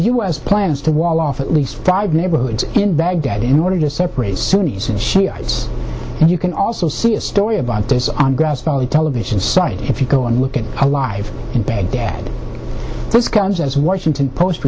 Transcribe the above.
s plans to wall off at least five neighborhoods in baghdad in order to separate sunni and shiites and you can also see a story about this on grass valley television site if you go and look at a live in baghdad this comes as washington post